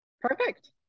Perfect